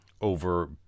over